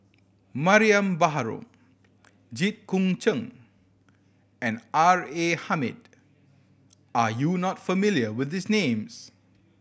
Mariam Baharom Jit Koon Ch'ng and R A Hamid are you not familiar with these names